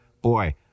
boy